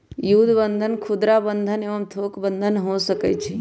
जुद्ध बन्धन खुदरा बंधन एवं थोक बन्धन हो सकइ छइ